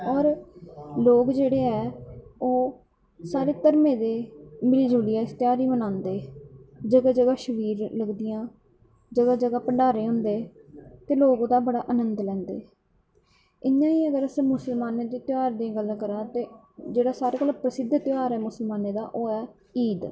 और लोग जेह्ड़े ऐ ओह् सारे ध्रमें दे मिली जुलियै इस ध्याह्र गी बनांदे जगा जगा शबील लगदियां जगा जगा भण्डारे होंदे ते लोग ओह्दा बड़ा अन्द लैंदे इयां गै अस मुस्लमान दे ध्याह्र दी गल्ल करां ते जेह्ड़ा सारें कोला दा प्रसिध्द ध्याह्र ऐ मुस्लमानें दा ओह् ऐ ईद